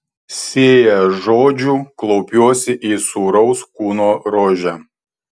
sėja žodžių klaupiuosi į sūraus kūno rožę